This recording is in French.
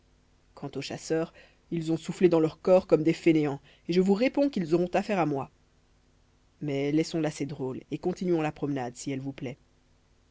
quant aux chasseurs ils ont soufflé dans leurs cors comme des fainéants et je vous réponds qu'ils auront affaire à moi mais laissons là ces drôles et continuons la promenade si elle vous plaît